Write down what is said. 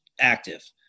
active